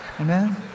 Amen